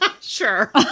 sure